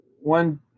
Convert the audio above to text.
one